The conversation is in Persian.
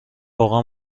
واقعا